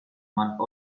man